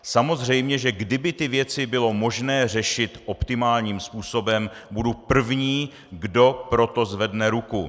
Samozřejmě kdyby tyto věci bylo možné řešit optimálním způsobem, budu první, kdo pro to zvedne ruku.